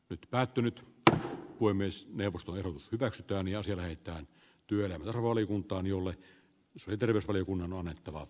nyt päättynyt tyttö voi myös neuvostoherruus hyväksytään työelämä ja tasa arvovaliokunnassa hyvin nopeasti